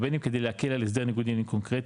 ובין אם כדי להקל על הסדר ניגוד עניינים קונקרטי,